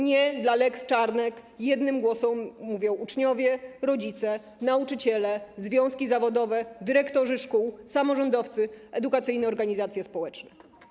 Nie dla lex Czarnek - jednym głosem mówią uczniowie, rodzice, nauczyciele, związki zawodowe, dyrektorzy szkół, samorządowcy, edukacyjne organizacje społeczne.